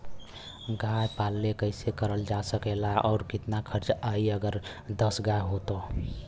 गाय पालन कइसे करल जा सकेला और कितना खर्च आई अगर दस गाय हो त?